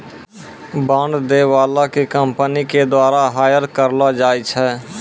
bond दै बाला के कंपनी के द्वारा हायर करलो जाय छै